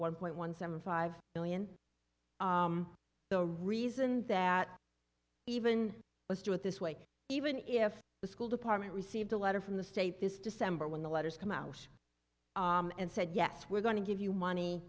one point one seven five million the reason that even let's do it this way even if the school department received a letter from the state this december when the letters come out and said yes we're going to give you money